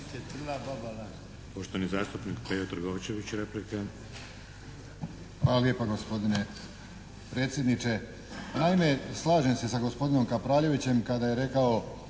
Hvala lijepa gospodine predsjedniče. Naime, slažem se sa gospodinom Kapraljevićem kada je rekao